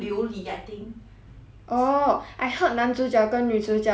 oh I heard 男主角跟女主角的颜值都很高 ah